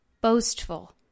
boastful